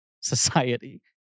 society